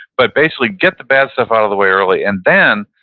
but basically get the bad stuff out of the way early. and then,